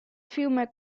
fiume